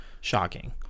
shocking